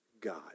God